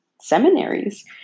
seminaries